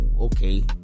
okay